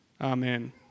Amen